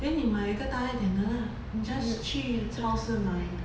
then 你买一个大一点的 lah 你 just 去超市买